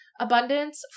Abundance